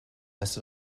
less